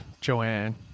Joanne